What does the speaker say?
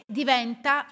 diventa